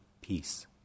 peace